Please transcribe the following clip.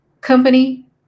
company